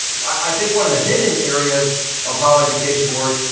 i think one of the hidden areas of how education works,